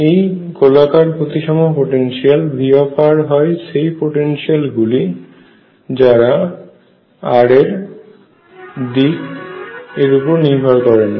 এই গোলাকার প্রতিসম পোটেনশিয়াল V হয় সেই পোটেনশিয়াল গুলি যারা r এর দিক এর উপর নির্ভর করে না